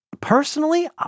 personally